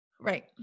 Right